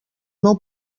nou